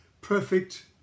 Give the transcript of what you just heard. perfect